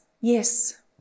Yes